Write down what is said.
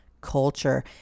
culture